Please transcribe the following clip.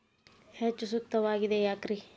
ಹೆಚ್ಚು ಸೂಕ್ತವಾಗಿದೆ ಯಾಕ್ರಿ?